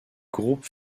groupe